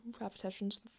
repetitions